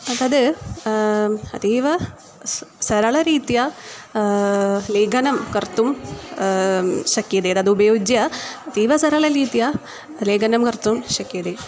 तद् अतीव सरलरीत्या लेखनं कर्तुं शक्यते तदुपयुज्य अतीव सरललीत्या लेखनं कर्तुं शक्यते